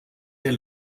der